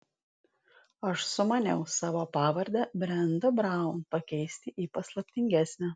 aš sumaniau savo pavardę brenda braun pakeisti į paslaptingesnę